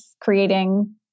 creating